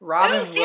Robin